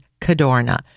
Cadorna